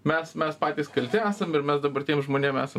mes mes patys kalti esam ir mes dabar tiem žmonėm esam